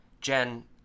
Jen